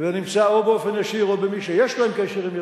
או באופן ישיר או במי שיש להם קשר עם אירן,